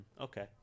Okay